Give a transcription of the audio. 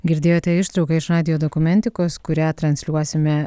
girdėjote ištrauką iš radijo dokumentikos kurią transliuosime